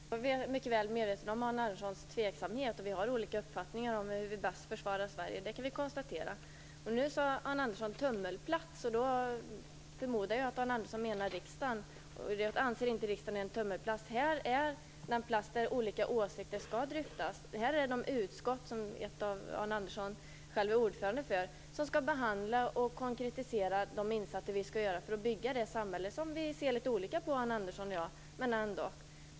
Herr talman! Jag är mycket väl medveten om Arne Anderssons tveksamhet. Vi har också olika uppfattningar om hur vi bäst försvarar Sverige; det kan vi konstatera. Nu sade Arne Andersson "tummelplats", och då förmodar jag att han menar riksdagen. Vi anser inte att riksdagen är en tummelplats. Här är den plats där olika åsikter skall dryftas. Här är de utskott, varav Arne Andersson själv är ordförande för ett, som skall behandla och konkretisera de insatser vi skall göra för att bygga det samhälle som vi ser litet olika på, Arne Andersson och jag, men ändå.